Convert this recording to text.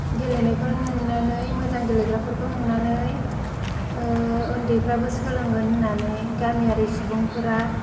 गेलेनायखौ नुनानै मोजां गेलेग्राफोरखौ नुनानै ओन्दैफ्राबो सोलोंगोन होन्नानै गामियारि सुबुंफोरा